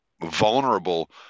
vulnerable